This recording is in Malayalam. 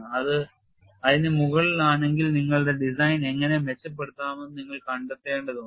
അതിനു മുകളിലാണെങ്കിൽ നിങ്ങളുടെ ഡിസൈൻ എങ്ങനെ മെച്ചപ്പെടുത്താമെന്ന് നിങ്ങൾ കണ്ടെത്തേണ്ടതുണ്ട്